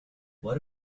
what